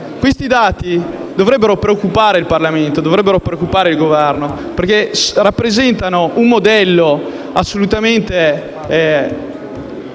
Questi dati dovrebbero preoccupare il Parlamento e il Governo perché rappresentano un modello assolutamente